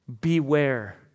Beware